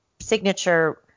Signature